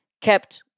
kept